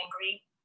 angry